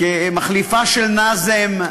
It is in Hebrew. כמחליפה של נאזם?